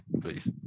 please